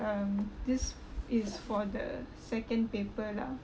um this is for the second paper lah